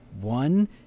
one